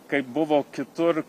kaip buvo kitur